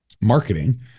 marketing